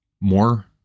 more